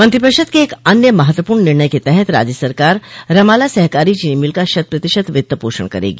मंत्रिपरिषद के एक अन्य महत्वपूर्ण निर्णय के तहत राज्य सरकार रमाला सहकारी चीनी मिल का शत प्रतिशत वित्त पोषण करेगी